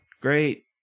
great